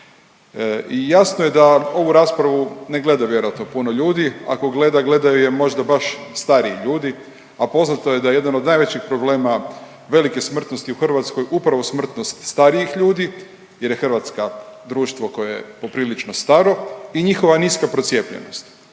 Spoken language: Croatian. i jasno je da ovu raspravu ne gledaju vjerojatno puno ljudi, ako gledaju, gledaju je možda baš stariji ljudi, a poznato je da jedan od najvećih problema velike smrtnosti u Hrvatskoj upravo smrtnost starijih ljudi jer je Hrvatska društvo koje je poprilično staro i njihova niska procijepljenost.